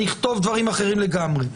נכתוב דברים אחרים לגמרי.